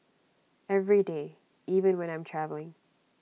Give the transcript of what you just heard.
every day even when I'm travelling